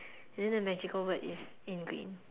and then the magical word is in green